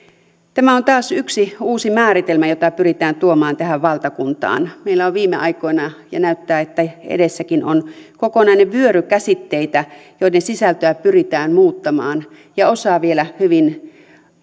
tämä on taas yksi uusi määritelmä jota pyritään tuomaan tähän valtakuntaan meillä on ollut viime aikoina ja näyttää että edessäkin on kokonainen vyöry käsitteitä joiden sisältöä pyritään muuttamaan ja osaa vielä hyvin